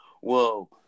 whoa